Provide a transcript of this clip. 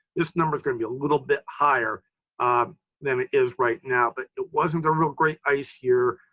this number is going to be a little bit higher than it is right now, but it wasn't a really great ice year,